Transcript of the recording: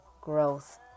growth